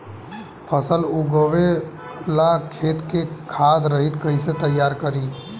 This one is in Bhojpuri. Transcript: फसल उगवे ला खेत के खाद रहित कैसे तैयार करी?